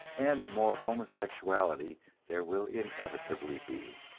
and the more homosexuality there will inevitably be.